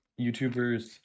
YouTubers